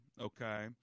Okay